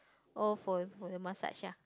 all for for the massage ah